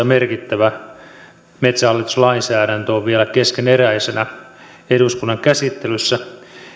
merkittävä metsähallitus lainsäädäntö on vielä keskeneräisenä eduskunnan käsittelyssä